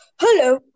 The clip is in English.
hello